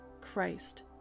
Christ